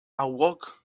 awoke